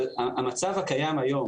המצב הקיים היום